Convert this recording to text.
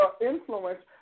influence